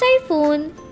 typhoon